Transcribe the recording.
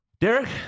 Derek